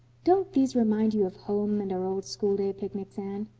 don't these remind you of home and our old schoolday picnics, anne?